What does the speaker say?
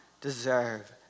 deserve